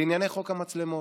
לענייני חוק המצלמות.